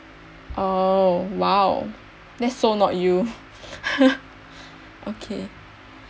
oh !wow! that's so not you okay